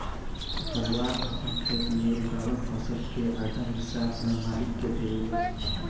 हरवाह आपन खेत मे उगावल फसल के आधा हिस्सा आपन मालिक के देवेले